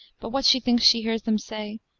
but what she thinks she hears them say,